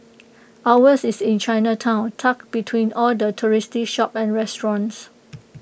ours is in Chinatown tucked between all the touristy shops and restaurants